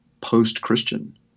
post-Christian